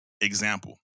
Example